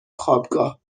خوابگاه